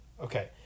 okay